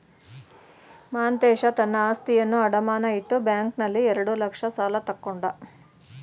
ಮಾಂತೇಶ ತನ್ನ ಆಸ್ತಿಯನ್ನು ಅಡಮಾನ ಇಟ್ಟು ಬ್ಯಾಂಕ್ನಲ್ಲಿ ಎರಡು ಲಕ್ಷ ಸಾಲ ತಕ್ಕೊಂಡ